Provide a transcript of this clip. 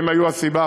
שהן היו הסיבה,